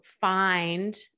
find